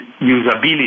usability